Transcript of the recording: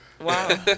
Wow